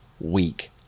week